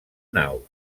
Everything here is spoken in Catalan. nau